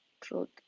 truth